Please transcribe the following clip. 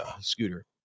scooter